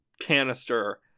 canister